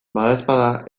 badaezpada